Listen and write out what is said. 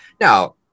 Now